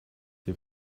dem